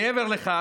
מעבר לכך,